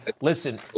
listen